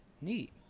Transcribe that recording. Neat